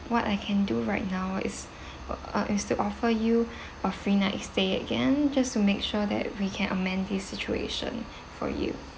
what I can do right now is uh is to offer you a free night stay again just to make sure that we can amend this situation for you